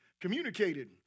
communicated